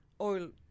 oil